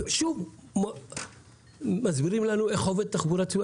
ושוב מסבירים לנו איך עובדת תחבורה ציבורית.